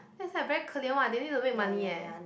then it's like very 可怜 what they need to make money eh